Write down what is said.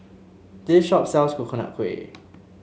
this shop sells Coconut Kuih